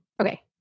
Okay